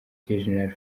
gen